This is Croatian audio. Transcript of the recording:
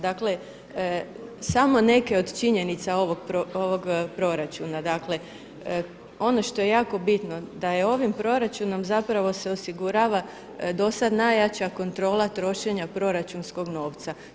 Dakle, samo neke od činjenica ovog proračuna, dakle ono što je jako bitno da je ovim proračunom zapravo se osigurava do sada najjača kontrola trošenja proračunskog novca.